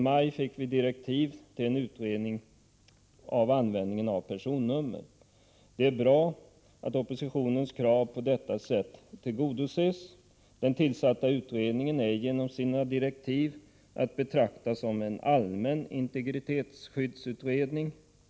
I maj fick vi direktiv till en utredning beträffande användningen av personnummer. Det är bra att oppositionens krav tillgodoses på detta sätt. Den tillsatta utredningen är, med tanke på direktiven, att betrakta som en allmän integritetsskyddsutredning.